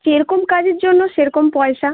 কিরকম কাজের জন্য সেরকম পয়সা